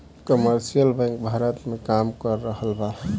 commercial bank Bharat में काम कर रहल बा